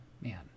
man